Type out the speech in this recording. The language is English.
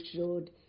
road